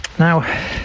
Now